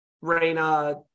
Reina